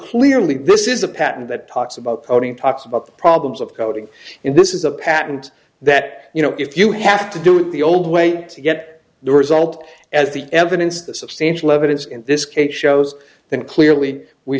clearly this is a patent that talks about putting talks about the problems of coding in this is a patent that you know if you have to do it the old way to get the result as the evidence the substantial evidence in this case shows then clearly we